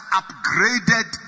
upgraded